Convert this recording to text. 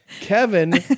Kevin